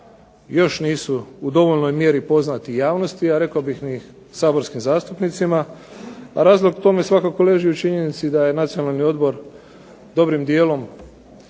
još nisu u dovoljnoj mjeri poznati javnosti, a rekao bih ni saborskim zastupnicima, a razlog tome svakako leži u činjenici da je Nacionalni odbor dobrim dijelom,